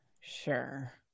sure